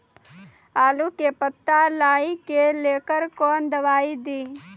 आलू के पत्ता लाही के लेकर कौन दवाई दी?